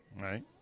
Right